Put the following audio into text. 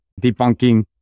debunking